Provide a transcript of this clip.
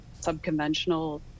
subconventional